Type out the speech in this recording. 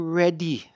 ready